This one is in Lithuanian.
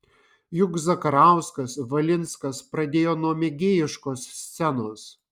juk zakarauskas valinskas pradėjo nuo mėgėjiškos scenos